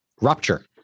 rupture